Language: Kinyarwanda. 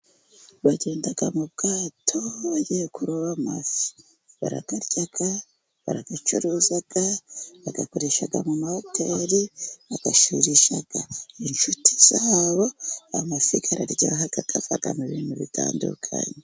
Bagenda mu bwato bagiye kuroba amafi. Barayarya, barayacuruza, bayagurishamu mahoteli, bayasurisha inshuti zabo. Amafi araryoha, avamo ibintu byinshi bigiye bitandukanye.